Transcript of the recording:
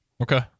Okay